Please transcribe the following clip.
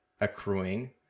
accruing